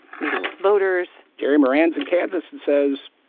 meeting with voters jerry moran is in kansas and says,